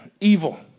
evil